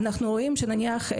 אנחנו רואים שנניח,